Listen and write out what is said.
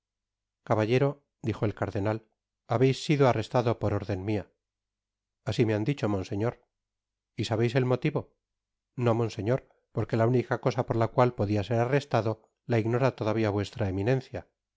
caballero dijo el cardenal habeis sido arrestado por órden mia asi me han dicho monseñor y sabeis el motivo no monseñor porque la única cosa por la cual podia ser arrestado la ignora todavia vuestra eminencia